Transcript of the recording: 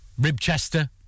Ribchester